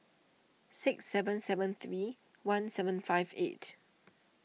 six seven seven three one seven five eight